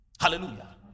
Hallelujah